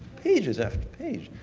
pages after pages.